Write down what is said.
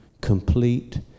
complete